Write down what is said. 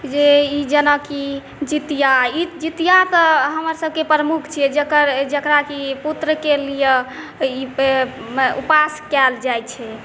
जे ई जेनाकि जितिआ ई जितिआ तऽ हमर सबके प्रमुख छिए जकर जकराकि पुत्रकेलिए ई उपास कएल जाइ छै